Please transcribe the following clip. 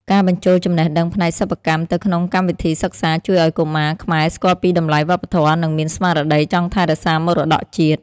ការបញ្ចូលចំណេះដឹងផ្នែកសិប្បកម្មទៅក្នុងកម្មវិធីសិក្សា ជួយឱ្យកុមារខ្មែរស្គាល់ពីតម្លៃវប្បធម៌ និងមានស្មារតីចង់ថែរក្សាមរតកជាតិ។